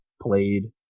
played